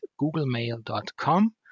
googlemail.com